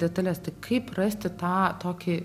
detales tai kaip rasti tą tokį